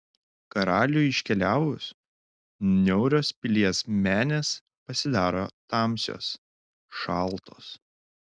karaliui iškeliavus niaurios pilies menės pasidaro tamsios šaltos